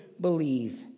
believe